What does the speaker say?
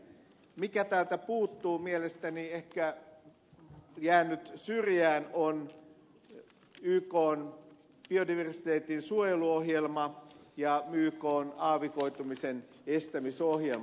mikä täältä mielestäni puuttuu ja on ehkä jäänyt syrjään on ykn biodiversiteetin suojeluohjelma ja ykn aavikoitumisen estämisohjelma